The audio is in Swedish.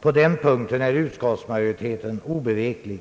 På den punkten är utskottsmajoriteten obeveklig.